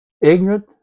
ignorant